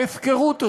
ההפקרות הזאת,